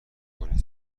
کنید